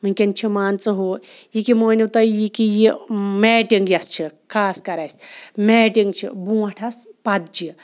وٕنۍکٮ۪ن چھُ مان ژٕ ہُہ یِکے مٲنِو تُہۍ یہِ کہِ یہِ میٹِنٛگ یۄس چھِکھ خاص کر اَسہِ میٹِنٛگ چھِ بروںٛٹھ آسہٕ پَتجہِ